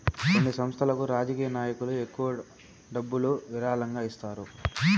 కొన్ని సంస్థలకు రాజకీయ నాయకులు ఎక్కువ డబ్బులు విరాళంగా ఇస్తారు